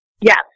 Yes